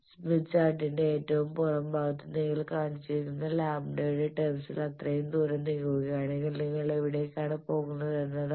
Smith ചാർട്ടിന്റെ ഏറ്റവും പുറം ഭാഗത്ത് നിങ്ങൾ കാണിച്ചിരിക്കുന്നത് ലാംഡയുടെ ടേമ്സിൽ അത്രയും ദൂരവും നീങ്ങുകയാണെങ്കിൽ നിങ്ങൾ എവിടേക്കാണ് പോകുന്നതെന്നതാണ്